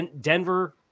Denver